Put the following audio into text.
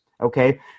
okay